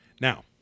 Now